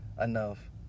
enough